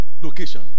location